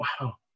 Wow